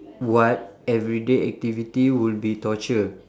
what everyday activity will be torture